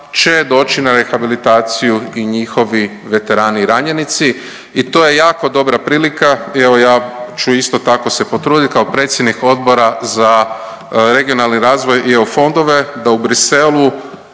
će doći na rehabilitaciju i njihovi veterani i ranjenici i to je jako dobra prilika. Evo ja ću isto tako se potrudit kao predsjednik Odbora za regionalni razvoj i eu fondove da u Bruxellesu